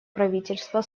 правительства